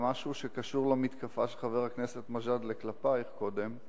למשהו שקשור למתקפה של חבר הכנסת מג'אדלה כלפייך קודם.